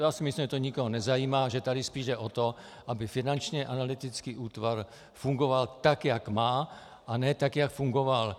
Já si myslím, že to nikoho nezajímá a že tady spíš jde o to, aby Finanční analytický útvar fungoval tak, jak má, a ne tak, jak fungoval.